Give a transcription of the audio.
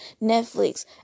Netflix